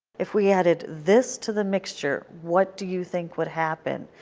if we added this to the mixture, what do you think would happen?